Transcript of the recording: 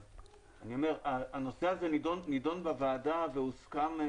אני אומר, הנושא הזה נדון בוועדה והוסכם,